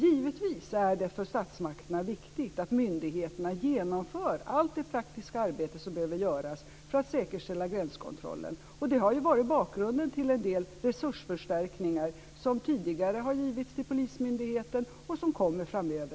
Givetvis är det för statsmakterna viktigt att myndigheterna genomför allt det praktiska arbete som behöver göras för att säkerställa gränskontrollen. Det har ju varit bakgrunden till en del resursförstärkningar som tidigare har givits till polismyndigheter och som kommer framöver.